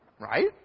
right